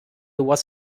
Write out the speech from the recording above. was